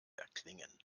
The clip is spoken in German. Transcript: erklingen